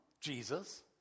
Jesus